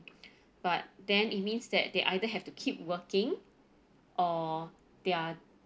but then it means that they either have to keep working or they're